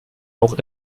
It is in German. auch